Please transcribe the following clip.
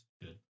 Good